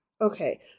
Okay